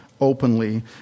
openly